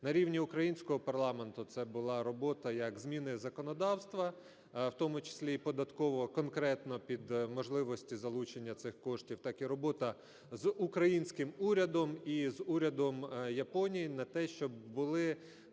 На рівні українського парламенту це була робота як зміни законодавства, в тому числі і податкового конкретно під можливості залучення цих коштів, так і робота з українським урядом і з урядом Японії на те, щоб були